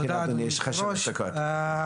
יש לך שלוש דקות.